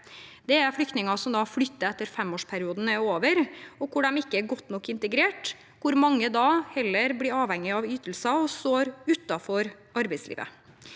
Det er flyktninger som flytter etter at femårsperioden er over og ikke er godt nok integrert, hvor mange da heller blir avhengige av ytelser, og står utenfor arbeidslivet.